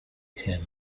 him